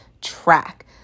track